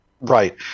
Right